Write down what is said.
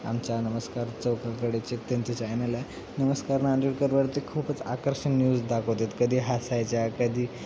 आमच्या नमस्कार चौफुलपाड्याचे त्यांचे चॅनल आहे नमस्कार नांदेडकरवरती खूपच आकर्षण न्यूज दाखवतात कधी हसायच्या कधी